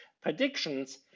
predictions